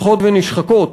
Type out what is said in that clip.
הולכות ונשחקות,